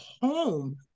home